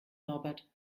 norbert